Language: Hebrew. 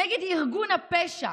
נגד ארגון הפשע,